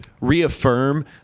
reaffirm